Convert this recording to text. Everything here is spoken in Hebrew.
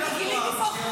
אני אביא לך פרס.